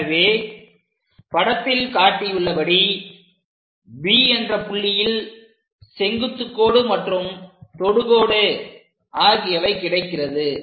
எனவே படத்தில் காட்டியுள்ளபடி B என்ற புள்ளியில் செங்குத்துக் கோடு மற்றும் தொடுகோடு ஆகியவை கிடைக்கின்றது